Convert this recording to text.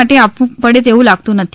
માટે આપવું પડે તેવું લાગતું નથી